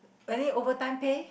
valid overtime pay